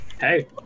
hey